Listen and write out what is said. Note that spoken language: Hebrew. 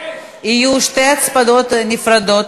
יהיו שתי הצבעות נפרדות: